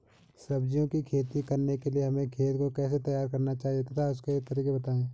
सब्जियों की खेती करने के लिए हमें खेत को कैसे तैयार करना चाहिए तथा उसके तरीके बताएं?